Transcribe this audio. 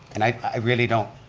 and i really don't